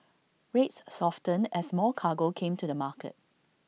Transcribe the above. rates softened as more cargo came to the market